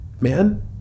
man